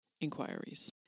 inquiries